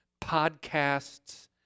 podcasts